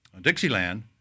Dixieland